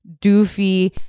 doofy